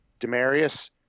Demarius